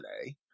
today